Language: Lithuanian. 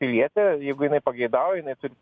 pilietė jeigu jinai pageidauja jinai turi